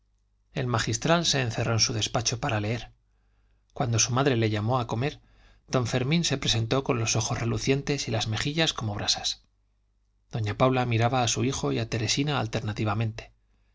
el magistral se encerró en su despacho para leer cuando su madre le llamó a comer don fermín se presentó con los ojos relucientes y las mejillas como brasas doña paula miraba a su hijo y a teresina alternativamente